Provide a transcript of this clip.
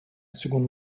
seconde